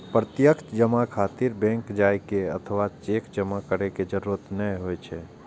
प्रत्यक्ष जमा खातिर बैंक जाइ के अथवा चेक जमा करै के जरूरत नै होइ छै